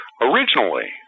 Originally